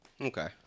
Okay